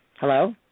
Hello